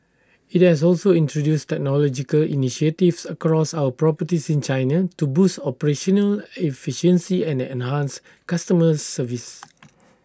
IT has also introduced technological initiatives across our properties in China to boost operational efficiency and enhance customer service